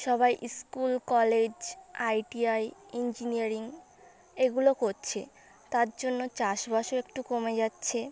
সবাই school college ITI engineering এগুলো করছে তার জন্য চাষবাসও একটু কমে যাচ্ছে